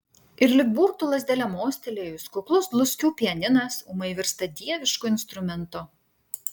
ir lyg burtų lazdele mostelėjus kuklus dluskių pianinas ūmai virsta dievišku instrumentu